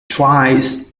tries